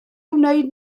wneud